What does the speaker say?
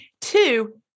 Two